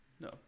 No